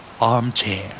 Armchair